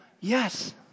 Yes